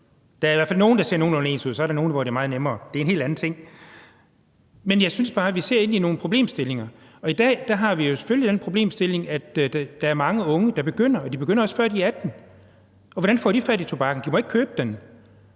Der er i hvert fald nogle, der ser nogenlunde ens ud, og så er der andre, hvor det er meget nemmere; det er en helt anden ting. Men jeg synes bare, at vi ser ind i nogle problemstillinger. I dag har vi selvfølgelig den problemstilling, at der er mange unge, der begynder at bruge de produkter, og de begynder også, før de er 18 år. Og hvordan får de fat i tobakken? De må ikke købe den.